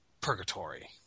purgatory